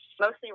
mostly